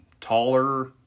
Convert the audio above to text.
Taller